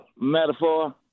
metaphor